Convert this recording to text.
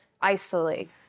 isolate